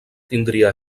tindria